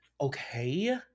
Okay